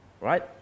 right